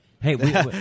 Hey